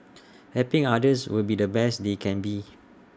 helping others be the best they can be